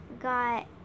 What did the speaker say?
got